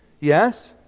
yes